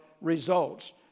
results